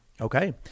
Okay